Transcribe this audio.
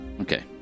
okay